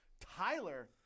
Tyler